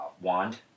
wand